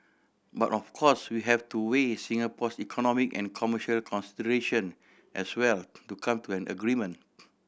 but of course we have to weigh Singapore's economic and commercial consideration as well to come to an agreement